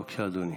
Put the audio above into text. בבקשה, אדוני.